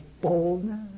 boldness